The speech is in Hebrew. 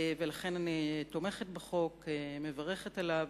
ולכן אני תומכת בחוק, מברכת עליו